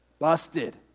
Busted